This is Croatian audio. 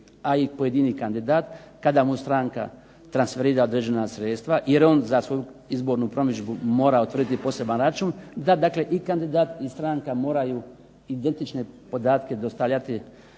a i pojedini kandidat kada mu stranka transferira određena sredstva jer on za svoju izbornu promidžbu mora utvrditi poseban račun, da dakle i kandidat i stranka moraju identične podatke dostavljati